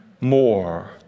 more